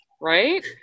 right